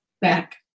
back